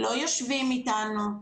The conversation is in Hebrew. לא יושבים איתנו,